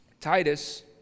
Titus